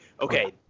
okay